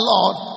Lord